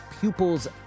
Pupils